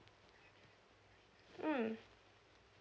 mm